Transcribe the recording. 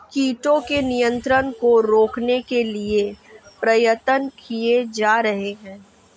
कीटों के नियंत्रण को रोकने के लिए प्रयत्न किये जा रहे हैं